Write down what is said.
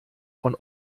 von